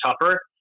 tougher